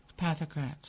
Pathocrats